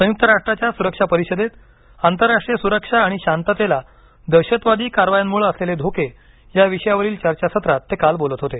संयुक्त राष्ट्राच्या सुरक्षा परिषदेत आंतरराष्ट्रीय सुरक्षा आणि शांततेला दहशतवादी कारवायांमुळे असलेले धोके या विषयावारील चर्चासत्रात ते काल बोलत होते